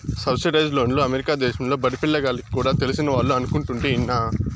subsidised లోన్లు America దేశంలో బడిపిల్ల గాల్లకి కూడా తెలిసినవాళ్లు అనుకుంటుంటే ఇన్నా